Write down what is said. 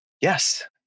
yes